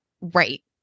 Right